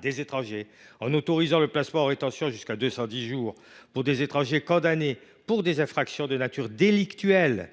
des étrangers. En autorisant le placement en rétention jusqu’à 210 jours des étrangers condamnés pour des infractions de nature délictuelle,